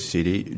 City